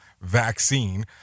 vaccine